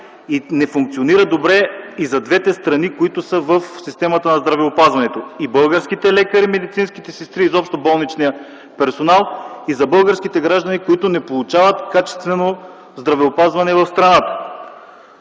не функционира добре и за двете страни, които са в здравеопазването – и за българските лекари и медицинските сестри, изобщо болничният персонал, и за българските граждани, които не получават качествено здравеопазване в страната.